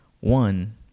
one